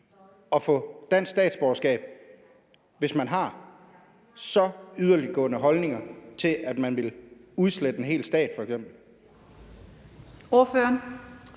at få dansk statsborgerskab, hvis man har så yderligtgående holdninger og f.eks. ønsker at udslette en hel stat? Kl.